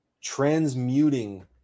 transmuting